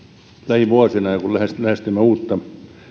lähivuosina lähestymme lähestymme uutta ja